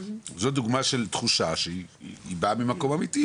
זאת דוגמא של תחושה שהיא באה ממקום אמיתי,